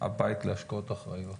הבית להשקעות אחראיות.